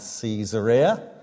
Caesarea